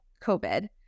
COVID